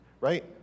right